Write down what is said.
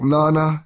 Nana